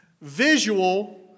visual